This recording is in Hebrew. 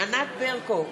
ענת ברקו,